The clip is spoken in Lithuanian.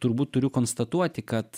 turbūt turiu konstatuoti kad